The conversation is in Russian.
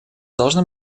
должны